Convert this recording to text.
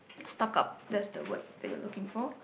stuck up that's the word that you're looking for